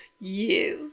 yes